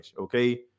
Okay